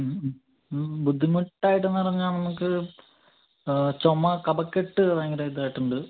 ബുദ്ധിമുട്ടായിട്ടെന്ന് പറഞ്ഞാൽ നമുക്ക് ചുമ കഫക്കെട്ട് ഭയങ്കര ഇതായിട്ടുണ്ട്